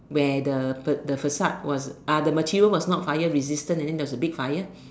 where the the facade was ah the material was not fire resistant and then there was a big fire